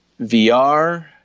VR